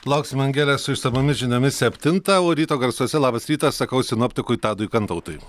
lauksim angele su išsamiomis žiniomis septintą o ryto garsuose labas rytas sakau sinoptikui tadui kantautui